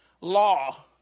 law